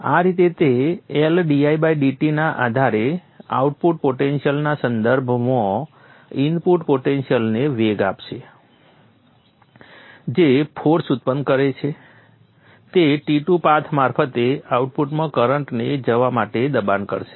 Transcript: આ રીતે તે L didt ના આધારે આઉટપુટ પોટેન્શિયલ ના સંદર્ભમાં ઇનપુટ પોટેન્શિયલને વેગ આપશે જે ફોર્સ ઉત્પન્ન કરશે જે તે T2 પાથ મારફતે આઉટપુટમાં કરંટને જવા માટે દબાણ કરશે